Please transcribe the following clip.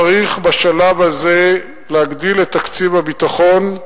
בשלב הזה לא צריך להגדיל את תקציב הביטחון,